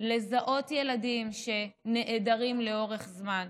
לזהות ילדים שנעדרים לאורך זמן,